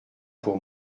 pour